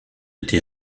été